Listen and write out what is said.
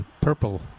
purple